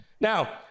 Now